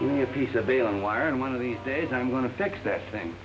give me a piece of baling wire and one of these days i'm going to take that thing